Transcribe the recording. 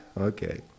Okay